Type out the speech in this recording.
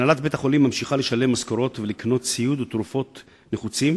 הנהלת בית-החולים ממשיכה לשלם משכורות ולקנות ציוד ותרופות נחוצים,